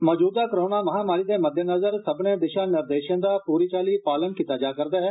मौजूद कोरोना महामारी दे मद्देनजर सब्बनें दिशा निर्देशें दा पूरी चाली पालन कीता जा करदा ऐ